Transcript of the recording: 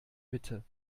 mitte